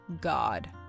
God